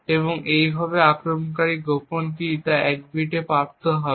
তাই এইভাবে আক্রমণকারীর গোপন কী এক বিট প্রাপ্ত হবে